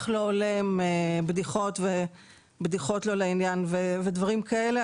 לא הולם ובדיחות שהן לא לעניין ודברים כאלה,